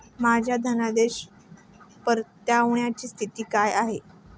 माझ्या धनादेश परताव्याची स्थिती काय आहे?